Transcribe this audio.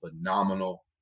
phenomenal